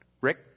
Rick